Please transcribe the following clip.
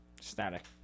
Static